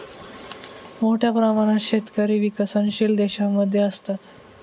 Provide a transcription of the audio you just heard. मोठ्या प्रमाणात शेतकरी विकसनशील देशांमध्ये असतात